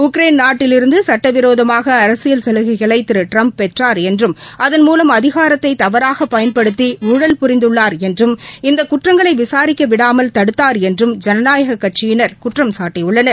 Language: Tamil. உக்ரேன் நாட்டிலிருந்து சட்டவிரோதமாக அரசியல் சலுகைகளை திரு ட்டிரம்ப் பெற்றார் என்றும் அதன் மூலம் அதினரத்தை தவறாக பயன்படுத்தி ஊழல் புரிந்துள்ளார் என்றும் இந்த குற்றங்களை விசாரிக்க விடாமல் தடுத்தார் என்றும் ஜனநாயகக் கட்சியினர் குற்றம்சாட்டியுள்ளனர்